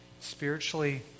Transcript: spiritually